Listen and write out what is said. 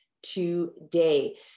today